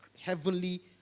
heavenly